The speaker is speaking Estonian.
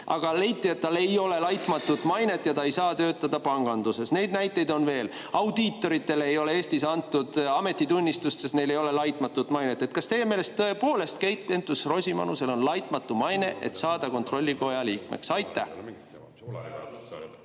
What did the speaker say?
aga leiti, et tal ei ole laitmatut mainet ja ta ei saa töötada panganduses. Neid näiteid on veel. Audiitoritele ei ole Eestis antud ametitunnistust, sest neil ei ole laitmatut mainet. Kas teie meelest tõepoolest Keit Pentus-Rosimannusel on laitmatu maine, et saada kontrollikoja liikmeks? Aitäh,